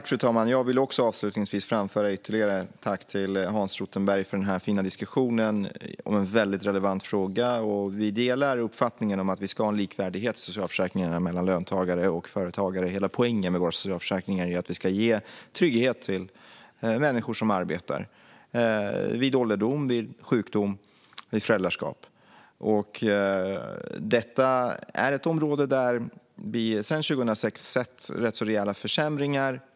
Fru talman! Jag vill avslutningsvis framföra ytterligare ett tack till Hans Rothenberg för den här fina diskussionen om en väldigt relevant fråga. Vi delar uppfattningen att vi ska ha en likvärdighet i socialförsäkringarna mellan löntagare och företagare. Hela poängen med våra socialförsäkringar är att vi ska ge trygghet till människor som arbetar - vid ålderdom, vid sjukdom, vid föräldraskap. Detta är ett område där vi sedan 2006 har sett rätt så rejäla försämringar.